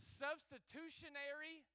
substitutionary